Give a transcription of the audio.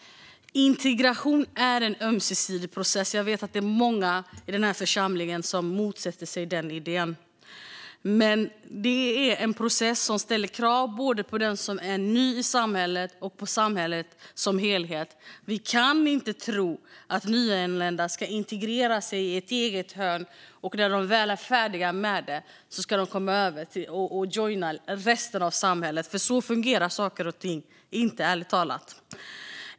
Integration är en ömsesidig process. Jag vet att det är många i den här församlingen som motsätter sig den idén. Det är en process som ställer krav både på den som är ny i samhället och på samhället som helhet. Vi kan inte tro att nyanlända ska integrera sig i ett eget hörn och att de när de väl är färdiga med det ska komma över och joina resten av samhället. Så fungerar inte saker och ting, ärligt talat.